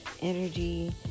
energy